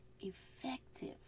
effective